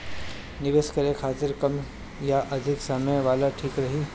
निवेश करें के खातिर कम या अधिक समय वाला ठीक रही?